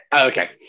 Okay